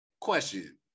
question